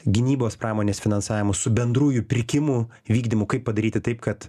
gynybos pramonės finansavimu su bendrųjų pirkimų vykdymu kaip padaryti taip kad